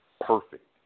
perfect